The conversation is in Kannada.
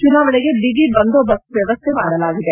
ಚುನಾವಣೆಗೆ ಬಿಗಿ ಬಂದೋಬಸ್ತ್ ವ್ಯಸ್ತೆ ಮಾಡಲಾಗಿದೆ